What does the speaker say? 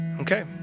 Okay